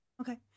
Okay